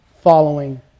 following